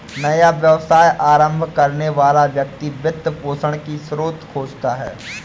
नया व्यवसाय आरंभ करने वाला व्यक्ति वित्त पोषण की स्रोत खोजता है